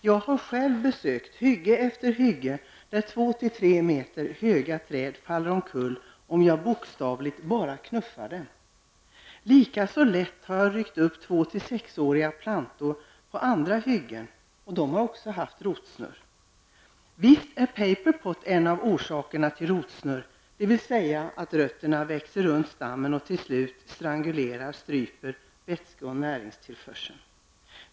Jag har själv besökt hygge efter hygge där två till tre meter höga träd faller omkull om jag bokstavligen bara knuffar dem. Lika lätt har jag ryckt upp två till sexåriga plantor på andra hyggen. De har också haft rotsnurr. Visst är paperpot en av orsakerna till rotsnurr, dvs. att rötterna växer runt stammen och till slut stryper vätske och näringstillförseln.